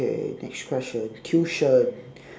okay next question tuition